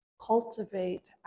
cultivate